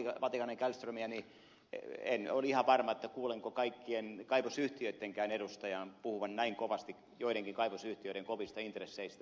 matikainen kallströmiä niin en ole ihan varma kuulenko kaikkien kaivosyhtiöittenkään edustajien puhuvan näin kovasti joidenkin kaivosyhtiöiden kovista intresseistä